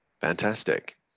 Fantastic